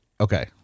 Okay